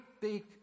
big